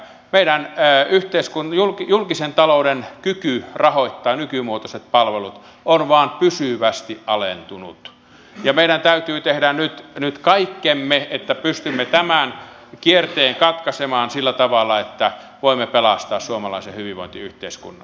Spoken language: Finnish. meidän julkisen talouden kyky rahoittaa nykymuotoiset palvelut on vain pysyvästi alentunut ja meidän täytyy tehdä nyt kaikkemme että pystymme tämän kierteen katkaisemaan sillä tavalla että voimme pelastaa suomalaisen hyvinvointiyhteiskunnan